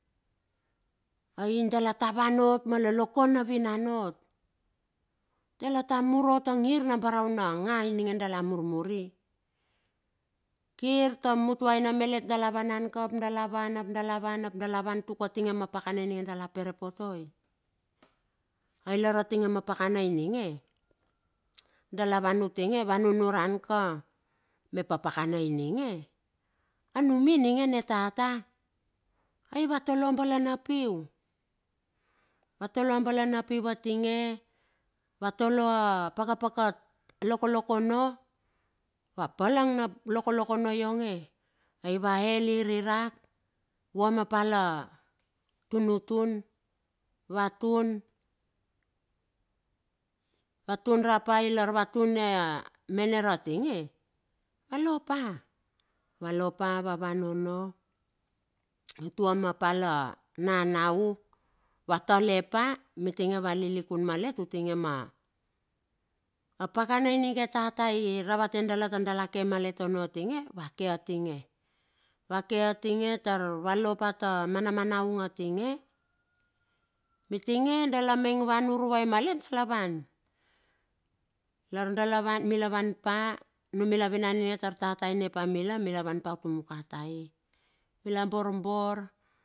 Ai dala ta van ot ma lolokon na vinan ot, dala ta mur ot a angir na barao na nga ininge dala murmuri, kirta mutuaina melet dala vanan ka dala van, ap dala van, dala van, ap tuk ma pakana ininge dala pere potoi ailar atinge ma pakana ininge, dalawan utinge, vanunuran ka, mep apakana ininge, anumi ninge ni tata ai vatole a balana piu, va tolo a balana piu tinge, va tolo a paka paka loko lokono, va palang na lokolokono ionge, ai vael irirak vua ma palatunutun, vatun, vatun rapa ilar vatun aia mener atinge, valopa, valopa vavan ono, utua ma pala nanau vatale, mitinge valilukun malet utinge mapakana ininge tata iravate dala tar dala ke malet ono tinge.